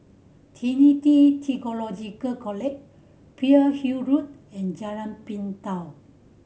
Trinity Theological College Pearl's Hill Road and Jalan Pintau